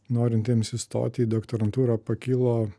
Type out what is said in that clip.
norintiems įstoti į doktorantūrą pakilo